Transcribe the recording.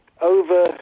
Over